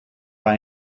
war